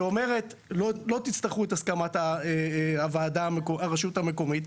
שאומרת לא תצטרכו את הסכמת הרשות המקומית,